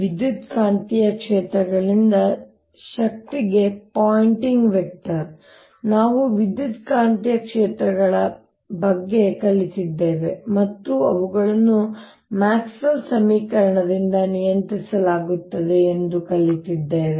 ವಿದ್ಯುತ್ಕಾಂತೀಯ ಕ್ಷೇತ್ರಗಳಿಂದ ಶಕ್ತಿಗೆ ಪಾಯಿಂಟಿಂಗ್ ವೆಕ್ಟರ್ ನಾವು ವಿದ್ಯುತ್ಕಾಂತೀಯ ಕ್ಷೇತ್ರಗಳ ಬಗ್ಗೆ ಕಲಿತಿದ್ದೇವೆ ಮತ್ತು ಅವುಗಳನ್ನು ಮ್ಯಾಕ್ಸ್ವೆಲ್ನ ಸಮೀಕರಣಗಳಿಂದ ನಿಯಂತ್ರಿಸಲಾಗುತ್ತದೆ ಎಂದು ಕಲಿತಿದ್ದೇವೆ